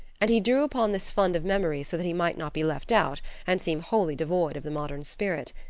and he drew upon this fund of memories so that he might not be left out and seem wholly devoid of the modern spirit.